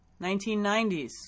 1990s